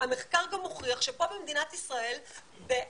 המחקר גם מוכיח שפה במדינת ישראל התמ"ג,